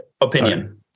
Opinion